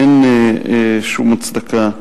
אין שום הצדקה.